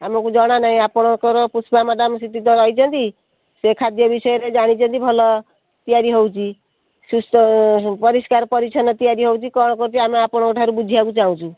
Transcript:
ଆମକୁ ଜଣା ନାହିଁ ଆପଣଙ୍କର ପୁଷ୍ପା ମ୍ୟାଡ଼ାମ୍ ସେଠି ତ ରହିଛନ୍ତି ସେ ଖାଦ୍ୟ ବିଷୟରେ ଜାଣିଛନ୍ତି ଭଲ ତିଆରି ହେଉଛି ସୁସ୍ଥ ପରିଷ୍କାର ପରିଚ୍ଛନ୍ନ ତିଆରି ହେଉଛି କ'ଣ କରୁଛି ଆମେ ଆପଣଙ୍କଠାରୁ ବୁଝିବାକୁ ଚାହୁଁଛୁ